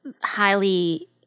highly